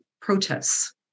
protests